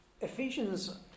Ephesians